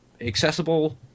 accessible